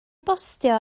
bostio